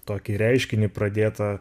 tokį reiškinį pradėtą